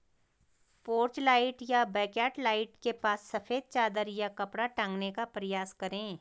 porch light या backyard light के पास सफेद चादर या कपड़ा टांगने का प्रयास करें